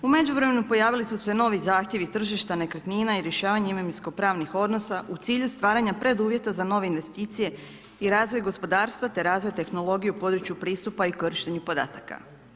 U međuvremenu pojavili su se novi zahtjevi tržišta nekretnina i rješavanje imovinsko-pravnih odnosa u cilju stvaranja preduvjeta za nove investicije i razvoj gospodarstva te razvoj tehnologije u području pristupa i korištenju podataka.